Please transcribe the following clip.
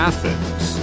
Athens